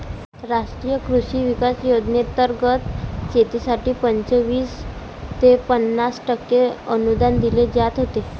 राष्ट्रीय कृषी विकास योजनेंतर्गत शेतीसाठी पंचवीस ते पन्नास टक्के अनुदान दिले जात होते